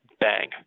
bang